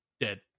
dead